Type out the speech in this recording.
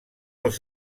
els